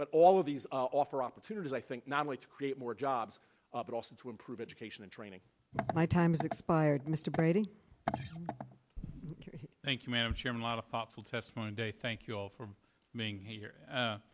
but all of these offer opportunities i think not only to create more jobs but also to improve education and training my time has expired mr brady thank you madam chairman lot of thoughtful test monday thank you all for being here